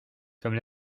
comme